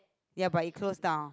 ya but it closed down